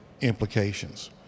implications